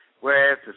whereas